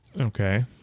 okay